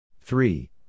three